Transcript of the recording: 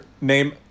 name